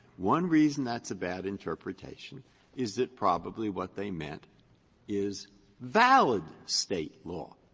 one reason that's a bad interpretation is that probably what they meant is valid state law.